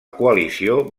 coalició